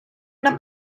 una